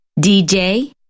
DJ